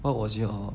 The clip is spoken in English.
what was your